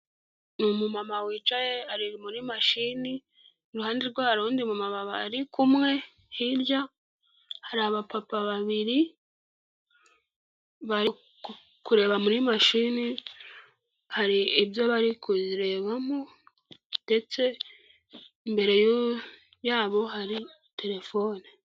Umumama wicaye ari muri mashini, iruhande rwe hari undi mumama bari kumwe, hirya hari abapapa babiri bari kureba muri mashini, hari ibyo bari kurebamo ndetse imbere yabo hari telefone.